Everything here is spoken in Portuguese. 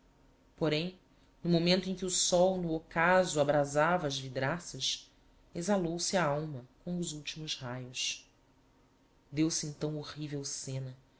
porém no momento em que o sol no occaso abrasáva as vidraças exalou se a alma com os ultimos raios deu-se então horrivel scena